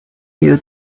you